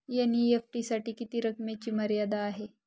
NEFT साठी किती रकमेची मर्यादा आहे?